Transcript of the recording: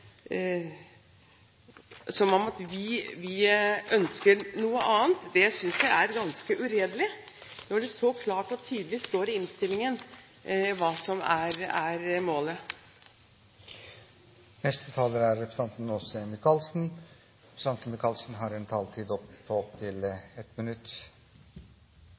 som om vi ønsker noe annet. Det synes jeg er ganske uredelig når det så klart og tydelig står i innstillingen hva som er målet. Representanten Åse Michaelsen har hatt ordet to ganger tidligere og får ordet til en kort merknad, begrenset til 1 minutt.